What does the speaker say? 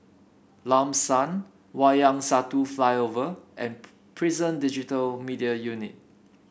Lam San Wayang Satu Flyover and Prison Digital Media Unit